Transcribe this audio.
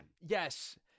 Yes